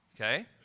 okay